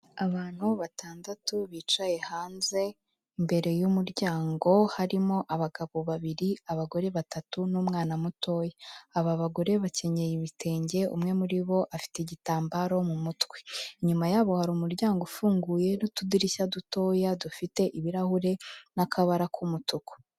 Abantu batandatu bicaye hanze imbere y'umuryango harimo abagabo babiri, abagore batatu n'umwana mutoya, aba bagore bakenyeye ibitenge, umwe muri bo afite igitambaro mu mutwe, inyuma yabo hari umuryango ufunguye n'utudirishya dutoya dufite ibirahure n'akabara k'umutuku.